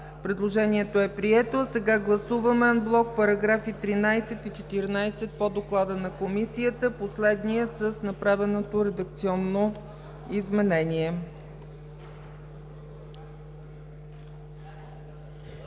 Предложението е прието. Гласуваме анблок параграфи 13 и 14 по доклада на Комисията, като последният е с направеното редакционно изменение.